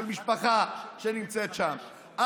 של משפחה שנמצאת שם,